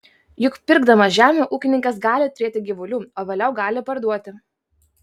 juk pirkdamas žemę ūkininkas gali turėti gyvulių o vėliau gali parduoti